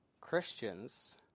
Christians